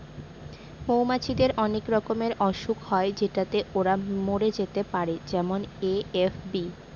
মৌমাছিদের অনেক রকমের অসুখ হয় যেটাতে ওরা মরে যেতে পারে যেমন এ.এফ.বি